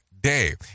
day